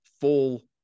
full